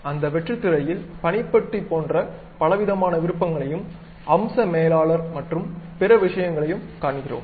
அந்த வெற்றுத் திரையில் பணிப்பட்டி போன்ற பலவிதமான விருப்பங்களையும் அம்ச மேலாளர் மற்றும் பிற விஷயங்களையும் காண்கிறோம்